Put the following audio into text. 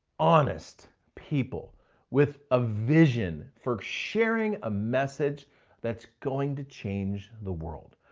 honest people with a vision for sharing a message that's going to change the world.